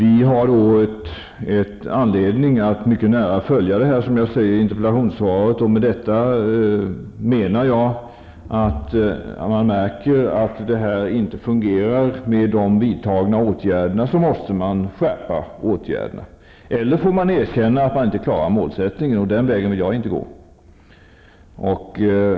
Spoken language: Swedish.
Vi har anledning att mycket nära följa detta, som jag säger i interpellationssvaret, och med detta menar jag, att om man märker att de vidtagna åtgärderna inte fungerar, måste man skärpa dessa. Alternativt får man erkänna att man inte klarar målet, och den vägen vill inte jag gå.